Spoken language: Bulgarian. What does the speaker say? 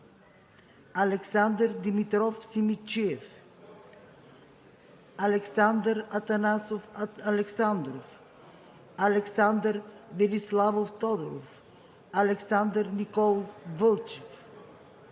Александър Димитров Симидчиев - тук Александър Атанасов Александров - тук Александър Велиславов Тодоров - тук Александър Николов Вълчев